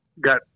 got